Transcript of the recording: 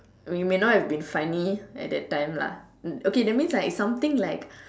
it may have not been funny at that time lah okay that means it's something like